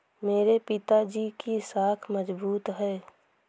मेरे पिताजी की साख मजबूत है